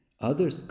others